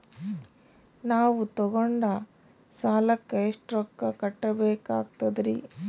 ನಾವು ತೊಗೊಂಡ ಸಾಲಕ್ಕ ಎಷ್ಟು ರೊಕ್ಕ ಕಟ್ಟಬೇಕಾಗ್ತದ್ರೀ?